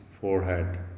forehead